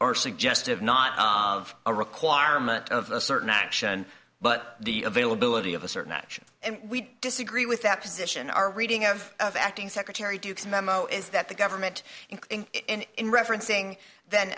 are suggestive not of a requirement of a certain action but the availability of a certain action and we disagree with that position our reading of the acting secretary duke's memo is that the government in referencing th